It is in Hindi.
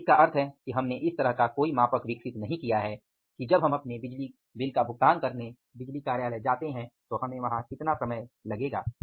क्योंकि इसका अर्थ है कि हमने इस तरह का कोई मापक विकसित नहीं किया है कि जब हम अपने बिजली बिल का भुगतान करने बिजली कार्यालय जाते हैं तो हमें वहां कितना समय लगेगा